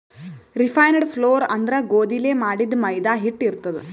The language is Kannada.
ರಿಫೈನ್ಡ್ ಫ್ಲೋರ್ ಅಂದ್ರ ಗೋಧಿಲೇ ಮಾಡಿದ್ದ್ ಮೈದಾ ಹಿಟ್ಟ್ ಇರ್ತದ್